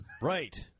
Right